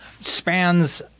spans